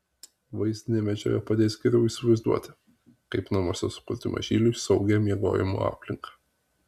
vaizdinė medžiaga padės geriau įsivaizduoti kaip namuose sukurti mažyliui saugią miegojimo aplinką